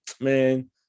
man